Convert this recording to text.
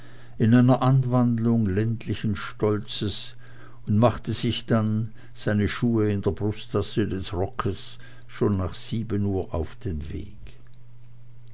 in einer anwandlung ländlichen stolzes und machte sich dann seine schuhe in der brusttasche des rockes schon nach sieben uhr auf den weg